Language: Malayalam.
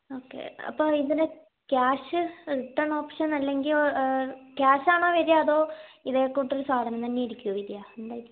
ഓക്കെ അപ്പോൾ ഇതിന് ക്യാഷ് റിട്ടേൺ ഓപ്ഷൻ അല്ലെങ്കിൽ ക്യാഷ് ആണോ വരിക അതോ ഇതേ കൂട്ടൊരു സാധനം തന്നെ ആയിരിക്കുമോ വരിക എന്തായിരിക്കും